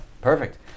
Perfect